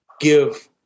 give